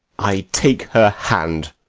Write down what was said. i take her hand.